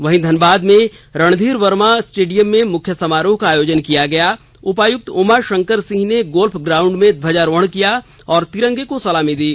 वहीं धनबाद में रणधीर वर्मा स्टेडियम में मुख्य समारोह का आयोजन किया गया उपायुक्त उमा शंकर सिंह ने गोल्फ ग्राउंड में ध्वजारोहण किया और तिरंगे को सलामी दी